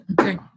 Okay